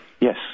Yes